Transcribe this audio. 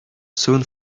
soon